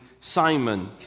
Simon